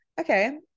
okay